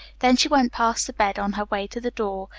then she went past the bed on her way to the door,